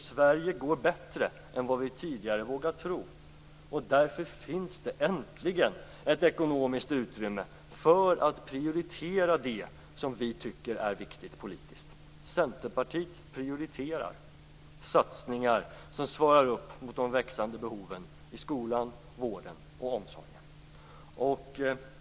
Sverige går bättre än vi tidigare vågat tro. Därför finns det äntligen ett ekonomiskt utrymme för att prioritera det som vi politiskt tycker är viktigt. Vi i Centerpartiet prioriterar satsningar som svarar mot de växande behoven i skolan, vården och omsorgen.